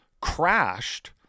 crashed